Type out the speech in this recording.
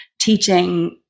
teaching